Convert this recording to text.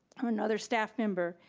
or another staff member,